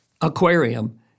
aquarium